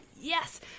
yes